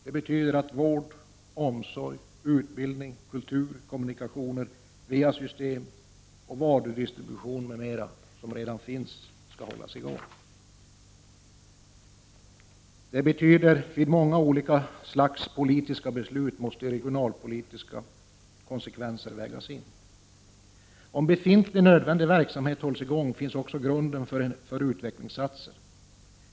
Det betyder att bl.a. vård, omsorg, utbildning, kultur, kommunikationer, VA-system och varudistribution som redan finns skall hållas i gång. Det betyder vidare att regionalpolitiska konsekvenser måste vägas in vid många olika slags politiska beslut. Om befintlig, nödvändig verksamhet hålls i gång finns också grunden för utvecklingsinsatser.